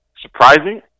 surprising